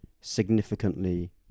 significantly